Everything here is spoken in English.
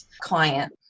client